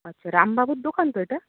আচ্ছা রামবাবুর দোকান তো এটা